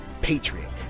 patriot